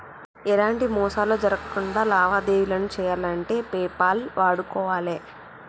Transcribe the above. ఎలాంటి మోసాలు జరక్కుండా లావాదేవీలను చెయ్యాలంటే పేపాల్ వాడుకోవాలే